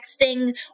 texting